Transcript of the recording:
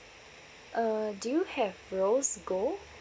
uh do you have rose gold